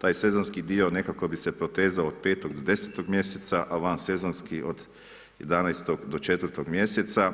Taj sezonski dio nekako bi se protezao od 5. do 10. a van sezonski od 11. do 4. mjeseca